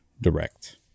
Direct